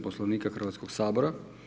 Poslovnika Hrvatskog sabora.